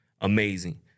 amazing